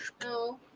no